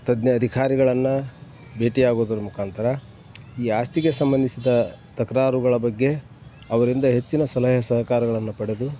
ತಜ್ಞ ಅಧಿಕಾರಿಗಳನ್ನು ಭೇಟಿಯಾಗುವುದ್ರ ಮುಖಾಂತರ ಈ ಆಸ್ತಿಗೆ ಸಂಬಂಧಿಸಿದ ತಕರಾರುಗಳ ಬಗ್ಗೆ ಅವರಿಂದ ಹೆಚ್ಚಿನ ಸಲಹೆ ಸಹಕಾರಗಳನ್ನು ಪಡೆದು